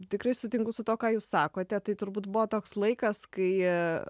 tikrai sutinku su tuo ką jūs sakote tai turbūt buvo toks laikas kai